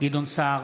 גדעון סער,